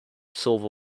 silver